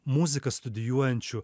muziką studijuojančių